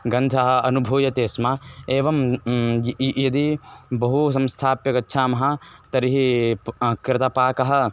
गन्धः अनुभूयते स्म एवं यदि बहु संस्थाप्य गच्छामः तर्हि कृतः पाकः